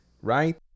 right